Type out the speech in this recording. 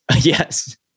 yes